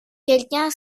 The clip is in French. quelqu’un